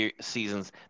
seasons